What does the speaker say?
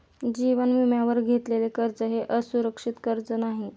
जीवन विम्यावर घेतलेले कर्ज हे असुरक्षित कर्ज नाही